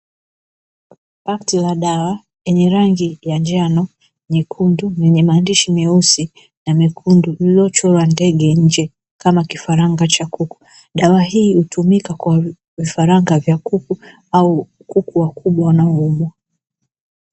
Pakiti la dawa lenye rangi ya njano, nyekundu yenye maandishi meusi na mekundu iliyochorwa ndege nje kama kifaranga cha kuku. Dawa hii hutumika kwa vifaranga vya kuku au kuku wakubwa wanaoumwa.